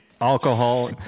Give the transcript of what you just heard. alcohol